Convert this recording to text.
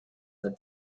that